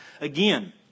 again